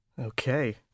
Okay